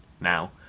now